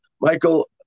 Michael